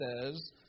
says